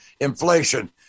inflation